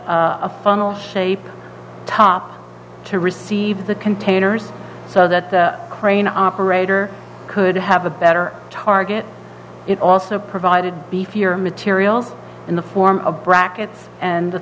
a funnel shape top to receive the containers so that the crane operator could have a better target it also provided beefier materials in the form of brackets and